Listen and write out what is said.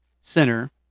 center